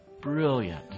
brilliant